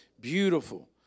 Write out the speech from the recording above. beautiful